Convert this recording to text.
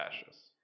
fascists